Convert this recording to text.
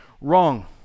wrong